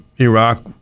Iraq